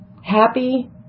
happy